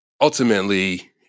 ultimately